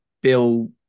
Bill